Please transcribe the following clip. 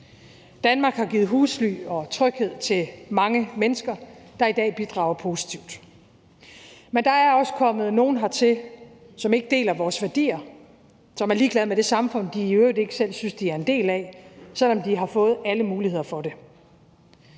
Danmark har givet husly og tryghed til mange mennesker, der i dag bidrager positivt, men der er også kommet nogen hertil, som ikke deler vores værdier, som er ligeglade med det samfund, de i øvrigt ikke selv synes de er en del af, selv om de har fået alle muligheder for det.